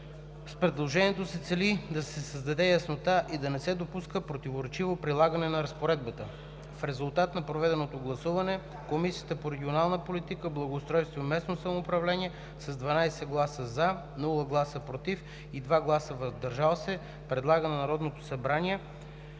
С предложението се цели да се създаде яснота и да не се допуска противоречиво прилагане на разпоредбата. В резултат на проведеното гласуване Комисията по регионална политика, благоустройство и местно самоуправление с 12 гласа „за“, без гласове „против“ и 2 гласа „въздържал се“ предлага на Народното събрание